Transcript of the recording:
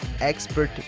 Expert